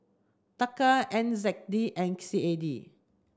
Taka N Z D and C A D